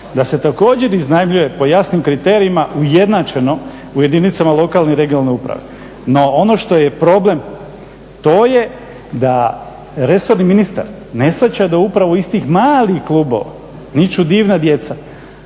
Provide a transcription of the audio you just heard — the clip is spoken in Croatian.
da se također iznajmljuje po jasnim kriterijima ujednačeno u jedinicama lokalne i regionalne uprave. No, ono što je problem to je da resorni ministar ne shvaća da upravo iz tih malih klubova niču divna djeca,